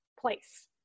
place